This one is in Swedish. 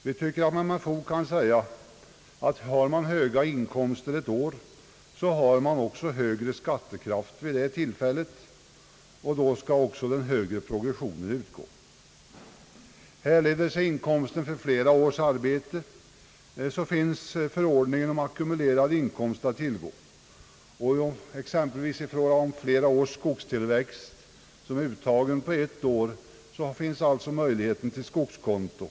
Vi tycker att man med fog kan säga, att den som har höga inkomster ett år också har högre skattekraft vid det tillfället och då skall han också betala skatt efter den högre progressionen. Härleder sig inkomsten från flera års arbete så finns förordningen om ackumulerad inkomst att tillgå och i fråga om exempelvis flera års skogstillväxt, som är uttagen på en gång, finns alltså möjligheten att använda skogskonto.